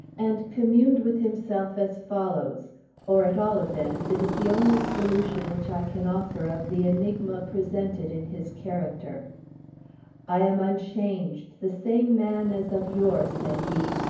and communed with himself as follows or, at all events, it is the only solution which i can offer of the enigma presented in his character i am unchanged the same man as of yore! said he.